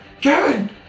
Kevin